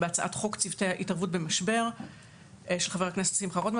בהצעת חוק צוותי ההתערבות במשבר של חבר הכנסת שמחה רוטמן,